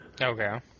Okay